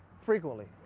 frequently.